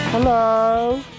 Hello